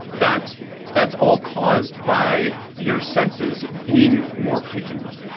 that that's all caused by your senses being more heightened,